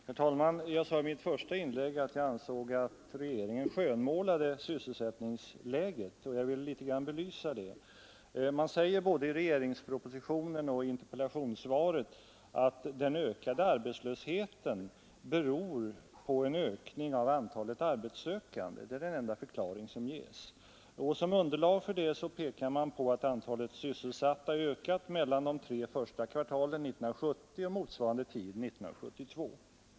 Herr talman! Jag sade i mitt första inlägg att jag ansåg att regeringen skönmålade sysselsättningsläget. Jag vill litet grand belysa detta. Både i regeringspropositionen och i interpellationssvaret sägs att den ökade arbetslösheten beror på en ökning av antalet arbetssökande. Det är antalet sysselsatta har ökat mellan de tre första kvartalen 1970 och motsvarande tid 1972.